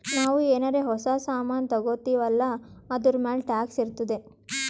ನಾವು ಏನಾರೇ ಹೊಸ ಸಾಮಾನ್ ತಗೊತ್ತಿವ್ ಅಲ್ಲಾ ಅದೂರ್ಮ್ಯಾಲ್ ಟ್ಯಾಕ್ಸ್ ಇರ್ತುದೆ